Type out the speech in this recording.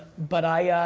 but, i,